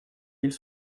mille